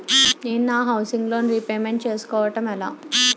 నేను నా housing loan repayment చేసుకోవటం ఎలా?